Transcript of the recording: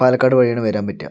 പാലക്കാട് വഴി ആണ് വരാൻ പറ്റുക